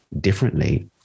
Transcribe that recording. differently